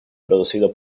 producido